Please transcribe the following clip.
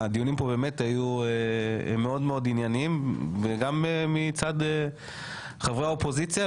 הדיונים פה באמת היו מאוד מאוד ענייניים וגם מצד חברי האופוזיציה,